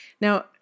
Now